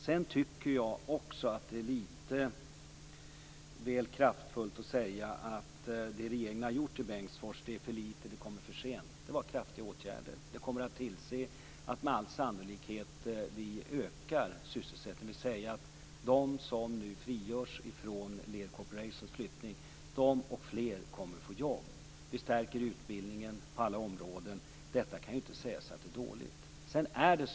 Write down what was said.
Jag tycker också att det är lite väl kraftfullt att säga att det som regeringen har gjort i Bengtsfors är för lite och kommer för sent. Det var kraftfulla åtgärder. Och jag kommer att tillse att vi med all sannolikhet ökar sysselsättningen, dvs. att de människor som nu frigörs vid Lear Corporations flyttning och även andra kommer att få jobb. Vi stärker utbildningen på alla områden. Detta kan ju inte sägas vara dåligt.